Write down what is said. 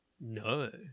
No